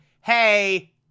hey